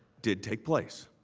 did take place.